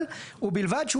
אבל ובלבד שהוא,